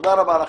תודה רבה לכם.